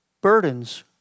burdens